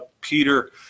Peter